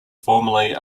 formerly